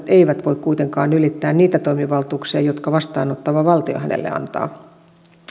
eivät voi kuitenkaan ylittää niitä toimivaltuuksia jotka vastaanottava valtio hänelle antaa